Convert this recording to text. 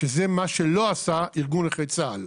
וזה מה שלא עשה ארגון נכי צה"ל.